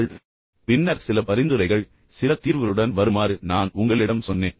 இதைப் பார்த்து பின்னர் சில பரிந்துரைகள் சில தீர்வுகளுடன் வருமாறு நான் உங்களிடம் சொன்னேன்